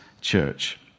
church